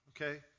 okay